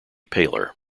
paler